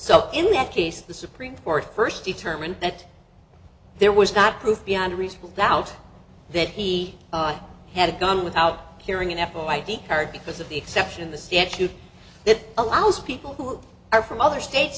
so in that case the supreme court first determined that there was not proof beyond reasonable doubt that he had gone without hearing an foia i d card because of the exception the statute that allows people who are from other states